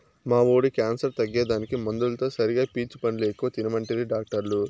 మా వోడి క్యాన్సర్ తగ్గేదానికి మందులతో సరిగా పీచు పండ్లు ఎక్కువ తినమంటిరి డాక్టర్లు